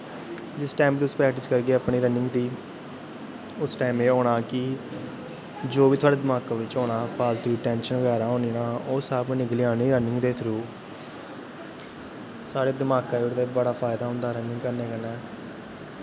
जिस टैम तुस प्रैक्टिस करगे अपनी रनिंग दी उस टैम एह् होना कि जो बी थोआढ़ै दमाका बिच्च होना टैंशन बगैरा होनी ना ओह् सब निकली जानी रनिंग दे थ्रू साढ़े दमाका गी बड़ा फैदा होंदा रनिंग कन्नै